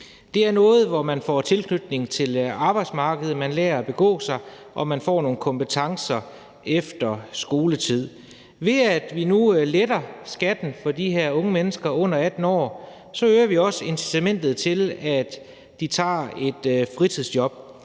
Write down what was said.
Det er noget, som gør, at man får tilknytning til arbejdsmarkedet, at man lærer at begå sig, og at man får nogle kompetencer efter skoletid. Ved at vi nu letter skatten for de her unge mennesker under 18 år, øger vi også incitamentet til, at de tager et fritidsjob.